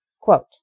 Quote